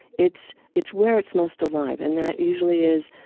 it's it's where it's most alive. and that usually is,